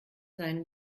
seinen